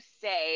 say